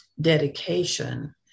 dedication